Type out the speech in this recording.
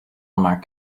mark